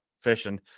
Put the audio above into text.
fishing